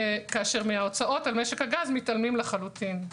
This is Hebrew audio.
כאשר מההוצאות על משק הגז מתעלמים לחלוטין.